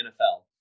NFL